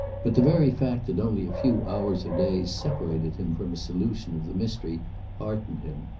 but the very fact that only a few hours or days separated him from a solution of the mystery heartened him.